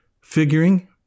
figuring